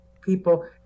people